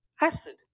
acid